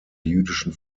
jüdischen